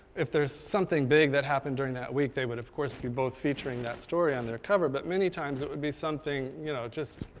if there's something big that happened during that week, they would of course be both featuring that story on their cover, but many times it would be something, you know just,